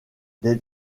des